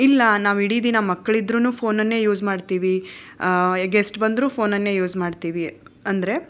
ಇಲ್ಲ ನಾವು ಇಡೀ ದಿನ ಮಕ್ಕಳಿದ್ರೂನು ಫೋನನ್ನೇ ಯೂಸ್ ಮಾಡ್ತೀವಿ ಗೆಸ್ಟ್ ಬಂದರೂ ಫೋನನ್ನೇ ಯೂಸ್ ಮಾಡ್ತೀವಿ ಅಂದರೆ